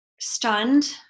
stunned